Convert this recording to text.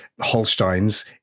Holsteins